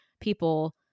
people